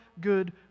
good